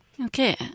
Okay